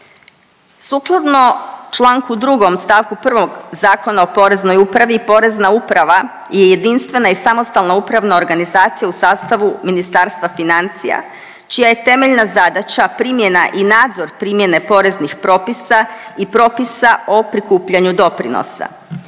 Sukladno Članku 2. stavku 1. Zakona o Poreznoj upravi, Porezna uprava je jedinstvena i samostalna upravna organizacija u sastavu Ministarstva financija čija je temeljna zadaća primjena i nadzor primjene poreznih propisa i propisa o prikupljanju doprinosa.